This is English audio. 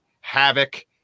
havoc